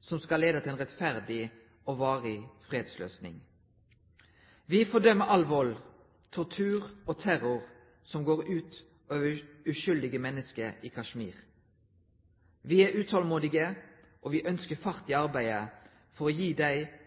som skal lede til en rettferdig og varig fredsløsning. Vi fordømmer all vold, tortur og terror som går ut over uskyldige mennesker i Kashmir. Vi er utålmodige, og vi ønsker fart i arbeidet for å gi dem